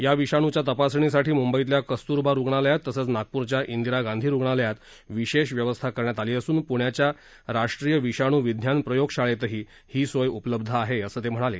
या विषाणूच्या तपासणीसाठी मुंबईतल्या कस्तुरबा रूग्णालयात तसंच नागपूरच्या इंदिरा गांधी रूग्णालयात विशेष व्यवस्था करण्यात आली असून पुण्याच्या राष्ट्रीय विषाणू विज्ञान प्रयोगशाळेतही ही सोय उपलब्ध आहे असं ते म्हणाले